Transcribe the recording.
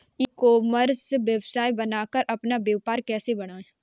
ई commerce website बनाकर अपना व्यापार कैसे बढ़ाएँ?